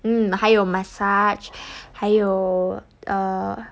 mm 还有 massage 还有 err